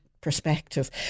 perspective